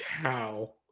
cow